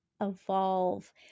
evolve